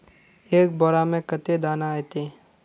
एक बोड़ा में कते दाना ऐते?